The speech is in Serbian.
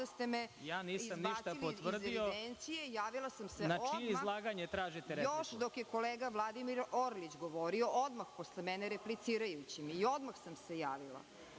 Ja nisam ništa potvrdio. Na čije izlaganje tražite repliku?